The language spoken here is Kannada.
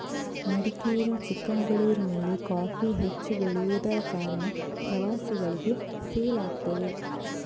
ಮಡಿಕೇರಿ, ಚಿಕ್ಕಮಗಳೂರಿನಲ್ಲಿ ಕಾಫಿ ಹೆಚ್ಚು ಬೆಳೆಯುದರ ಕಾರಣ ಪ್ರವಾಸಿಗಳಿಗೆ ಸೇಲ್ ಆಗ್ತದೆ